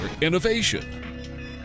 innovation